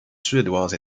suédoises